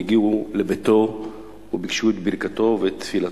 הגיעו לביתו וביקשו את ברכתו ואת תפילתו,